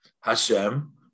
Hashem